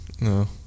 No